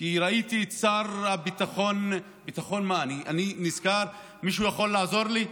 ראיתי את שר הביטחון, מישהו יכול לעזור לי?